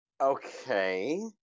Okay